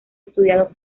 estudiados